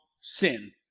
sin